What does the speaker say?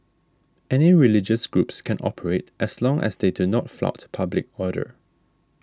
any religious groups can operate as long as they do not flout public order